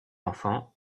enfant